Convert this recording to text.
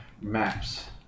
maps